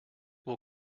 will